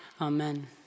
Amen